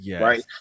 right